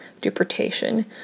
deportation